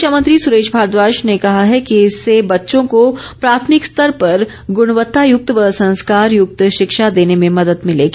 शिक्षा मंत्री सुरेश भारद्वाज ने कहा है कि इससे बच्चों को प्राथमिक स्तर पर गुणवत्तायुक्त व संस्कारयुक्त शिक्षा देने में मेदद मिलेगी